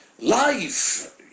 Life